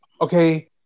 Okay